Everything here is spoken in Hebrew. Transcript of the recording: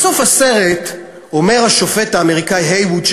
בסוף הסרט אומר השופט האמריקני הייווד,